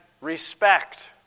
respect